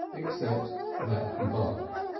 except that he barked.